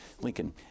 Lincoln